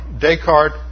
Descartes